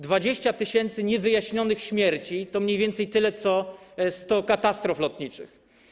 20 tys. niewyjaśnionych przypadków śmierci to mniej więcej tyle co 100 katastrof lotniczych.